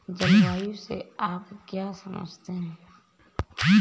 जलवायु से आप क्या समझते हैं?